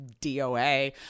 DOA